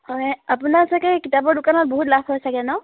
হয় আপোনাৰ চাগৈ কিতাপৰ দোকানত বহুত লাভ হয় চাগৈ ন